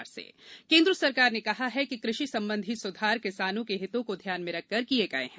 तोमर किसान सरकार ने कहा है कि कृषि संबंधी सुधार किसानों के हितों को ध्यान में रखकर किए गए हैं